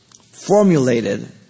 formulated